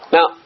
Now